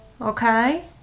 okay